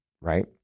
right